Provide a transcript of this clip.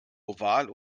oval